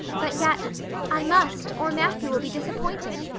but yet i must, or matthew will be disappointed.